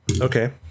Okay